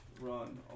Run